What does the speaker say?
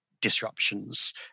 disruptions